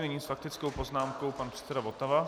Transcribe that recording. Nyní s faktickou poznámkou pan předseda Votava.